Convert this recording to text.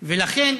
ולכן,